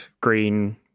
green